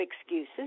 excuses